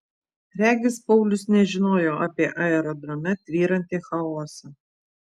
regis paulius nežinojo apie aerodrome tvyrantį chaosą